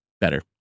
better